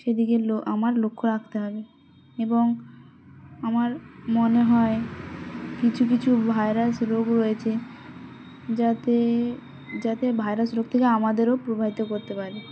সেদিকে লো আমার লক্ষ্য রাখতে হবে এবং আমার মনে হয় কিছু কিছু ভাইরাস রোগ রয়েছে যাতে যাতে ভাইরাস রোগ থেকে আমাদেরও প্রবাহিত করতে পারে